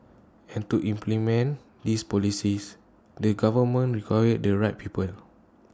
and to implement these policies the government require the right people